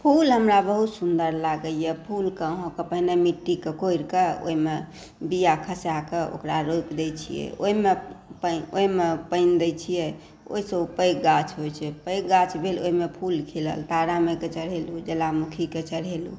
फूल हमरा बहुत सुन्दर लागैया फूलके अहाँकेॅं पहिने मिट्टीके कोरि कऽ ओहिमे बीया खसाए कऽ ओकरा रोपि दै छियै ओहिमे पानि दै छियै ओहिसँ ओ पैघा गाछ होइ छै पैघ गाछ भेल ओहिमे फूल खिलल तारा माइकेँ चढ़ेलहुॅं ज्वालामुखीकेँ चढ़ेलहुॅं